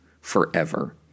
forever